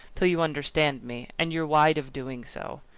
till you understand me and you're wide of doing so.